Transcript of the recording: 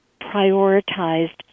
prioritized